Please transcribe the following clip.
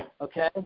Okay